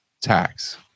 tax